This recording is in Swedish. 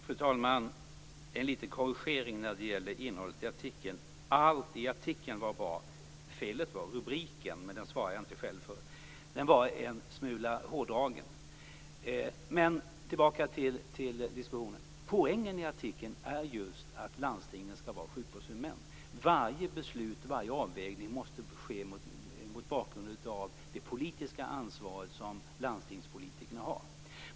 Fru talman! Jag har en liten korrigering när det gäller innehållet i artikeln. Allt i artikeln var bra. Felet var rubriken, men den svarade jag inte själv för. Den var en smula hårddragen. Tillbaka till diskussionen. Poängen i artikeln är just att landstingen skall vara sjukvårdshuvudmän. Varje beslut och varje avvägning måste ske mot bakgrund av det politiska ansvar som landstingspolitikerna har.